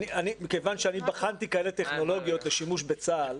כיוון שאני בחנתי כאלה טכנולוגיות לשימוש בצה"ל,